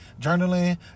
journaling